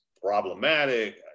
problematic